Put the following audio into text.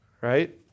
Right